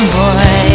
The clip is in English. boy